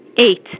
Eight